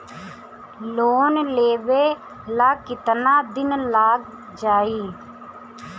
Loan लेबे ला कितना दिन लाग जाई?